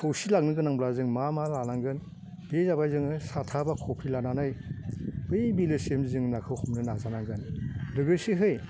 सौसिलांनो गोनांब्ला जों मा मा लानांगोन बे जाबाय जोङो साथा बा खफ्रि लानानै बे बिलो जिं जिंनि नाखौ हमनो नाजानांगोन लोगोसेहाय